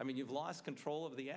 i mean you've lost control of the